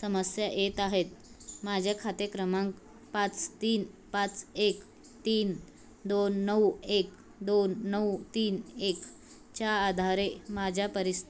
समस्या येत आहेत माझ्या खाते क्रमांक पाच तीन पाच एक तीन दोन नऊ एक दोन नऊ तीन एकच्या आधारे माझ्या परिस्